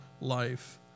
life